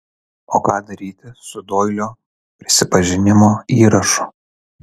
o ką daryti su doilio prisipažinimo įrašu